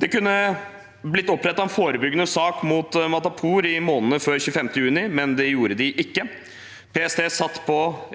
Det kunne blitt opprettet en forebyggende sak mot gjerningsmannen, Zaniar Matapour, i månedene før 25. juni, men det gjorde det ikke. PST satt på